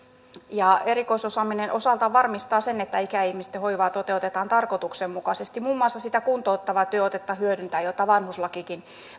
erikoisosaaminen osaltaan varmistaa sen että ikäihmisten hoivaa toteutetaan tarkoituksenmukaisesti muun muassa sitä kuntouttavaa työotetta hyödyntäen jota vanhuslakikin